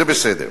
זה בסדר.